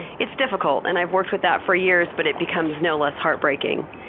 it's difficult, and i've worked with that for years, but it becomes no less heartbreaking.